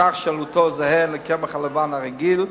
כך שעלותו זהה לקמח הלבן הרגיל.